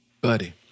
buddy